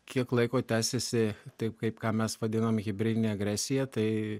kiek laiko tęsiasi taip kaip ką mes vadinam hibridine agresija tai